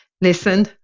listen